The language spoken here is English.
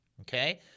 Okay